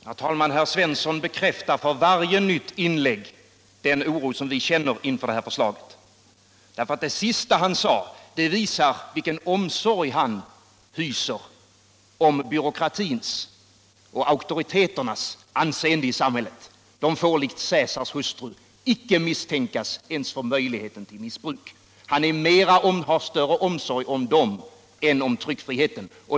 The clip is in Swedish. »Herr talman! Herr Svensson i Eskilstuna bekräftar för varje nytt inlägg den oro som vi känner inför det här förslaget. Det senaste han sade visar vilken omsorg han hyser om byråkratins och auktoriteternas anseende i samhället. De får likt Caesars hustru icke misstänkas ens för möjligheten till missbruk. Han har större omsorg om dem än om tryckfriheten.